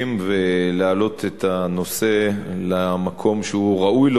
ולהעלות את הנושא למקום שהוא ראוי לו,